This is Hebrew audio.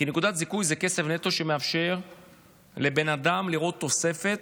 כי נקודת זיכוי זה כסף נטו שמאפשר לבן אדם לראות תוספת,